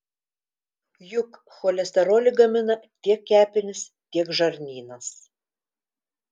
juk cholesterolį gamina tiek kepenys tiek žarnynas